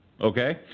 Okay